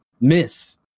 miss